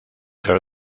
there